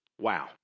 Wow